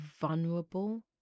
vulnerable